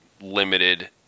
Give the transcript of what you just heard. limited